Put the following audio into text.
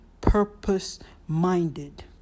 purpose-minded